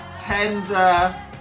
tender